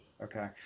okay